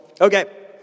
Okay